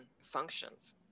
functions